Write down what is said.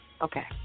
Okay